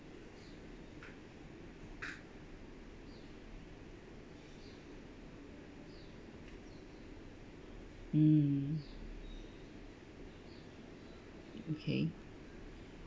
mm okay